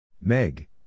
Meg